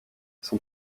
son